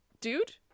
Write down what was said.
dude